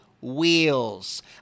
wheels